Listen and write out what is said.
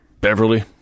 Beverly